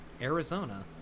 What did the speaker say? Arizona